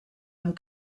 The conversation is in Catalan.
amb